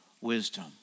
wisdom